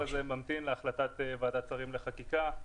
ממתין להחלטת ועדת שרים לחקיקה,